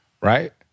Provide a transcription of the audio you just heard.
right